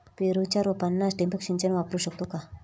पेरूच्या रोपांना ठिबक सिंचन वापरू शकतो का?